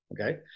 Okay